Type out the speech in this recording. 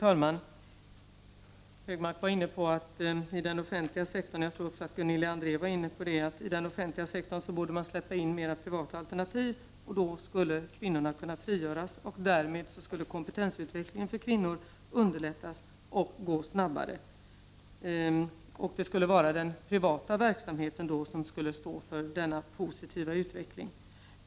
Fru talman! Anders Högmark, och jag tror även Gunilla André, var inne på att man i den offentliga sektorn borde släppa in mer privata alternativ. Då skulle kvinnorna kunna frigöras och därmed skulle kompetensutvecklingen för kvinnor underlättas och gå snabbare. Det skulle då vara den privata verksamheten som skulle stå för denna positiva utveckling.